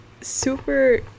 super